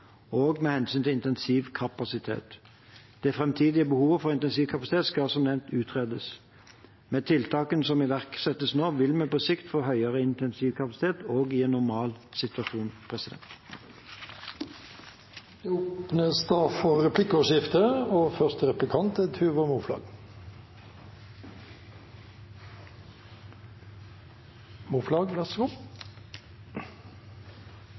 med hensyn til intensivkapasitet. Det framtidige behovet for intensivkapasitet skal som nevnt utredes. Med tiltakene som iverksettes nå, vil vi på sikt få høyere intensivkapasitet også i en